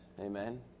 Amen